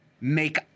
make